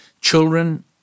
children